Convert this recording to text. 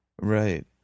Right